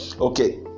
Okay